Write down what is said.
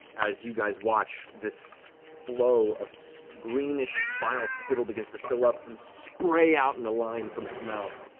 as you guys watch this flow of so greenish bile spittle begins to fill up and spray out in a line from its mouth.